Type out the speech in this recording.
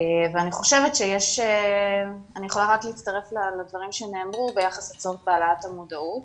ואני יכולה רק להצטרף לדברים שנאמרו ביחס לצורך בהעלאת המודעות.